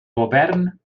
govern